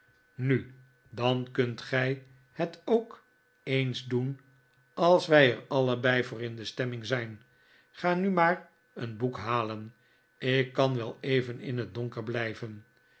nu dan kunt gij het ook eens doen als wij er allebei voor in de stemming zijn ga nu maar een boek halen ik kan wel even in het donker blijven